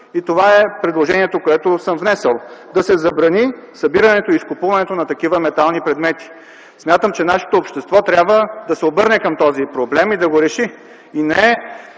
Това е предложението, което съм внесъл – да се забрани събирането и изкупуването на такива метални предмети. Смятам, че нашето общество трябва да се обърне към този проблем и да го реши. Не е